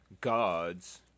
Gods